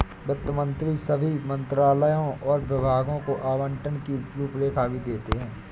वित्त मंत्री सभी मंत्रालयों और विभागों को आवंटन की रूपरेखा भी देते हैं